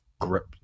grip